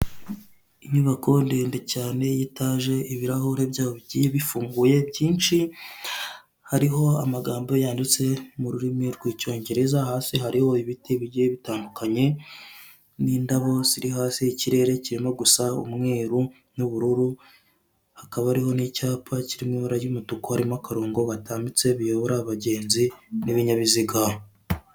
Inyubako ndende cyane yiteje, ibirahure byayo bigiye bufunguye byinshi, hariho amagambo yanditse mu rurimi rw'icyongereza, hasi hariho ibiti bigiye bitandukanye, n'indabo ziri hasi, ikirere kirimo gusa umweru n'ubururu, hakaba hariho n'icyapa cyiri mu ibara ry'umutuku, harimo akarongo batambitse biyobora abagenzi n'ibinyabiziga.